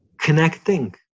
connecting